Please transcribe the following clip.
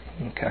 Okay